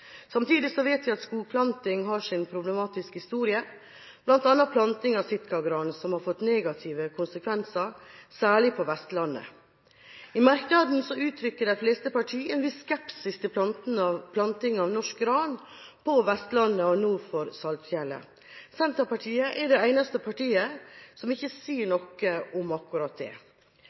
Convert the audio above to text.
Samtidig vet vi at skogplanting har sin problematiske historie, bl.a. har planting av sitkagran fått negative konsekvenser, særlig på Vestlandet. I merknaden uttrykker de fleste partiene en viss skepsis til planting av norsk gran på Vestlandet og nord for Saltfjellet. Senterpartiet er det eneste partiet som ikke sier noe om akkurat det. Mener Senterpartiet at det overhodet ikke er grunn til å være føre var når det